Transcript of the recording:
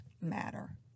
matter